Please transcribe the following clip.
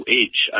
edge